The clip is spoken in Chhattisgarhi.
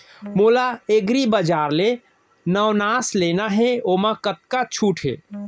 मोला एग्रीबजार ले नवनास लेना हे ओमा कतका छूट हे?